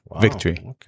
victory